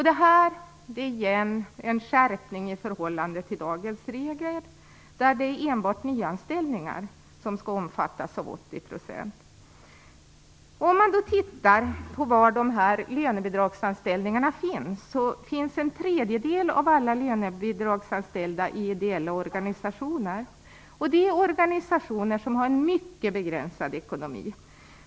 Det här är en skärpning i förhållande till dagens regler, där det enbart är nyanställningar som skall omfattas av 80 %. Om man tittar på var de här lönebidragsanställningarna finns finner man att en tredjedel av de lönebidragsanställda finns i ideella organisationer. Det är organisationer som har en mycket begränsad ekonomi.